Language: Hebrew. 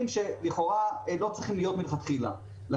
שלכאורה לא היו צריכים להיות מלכתחילה.